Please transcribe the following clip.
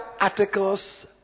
articles